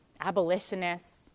abolitionists